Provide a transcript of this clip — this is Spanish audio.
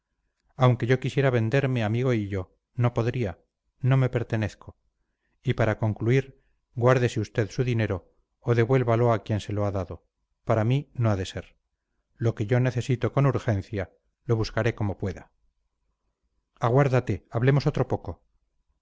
aunque yo quisiera venderme amigo hillo no podría no me pertenezco y para concluir guárdese usted su dinero o devuélvalo a quien se lo ha dado para mí no ha de ser lo que yo necesito con urgencia lo buscaré como pueda aguárdate hablemos otro poco